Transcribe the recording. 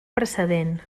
precedent